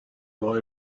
boy